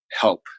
help